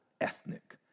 ethnic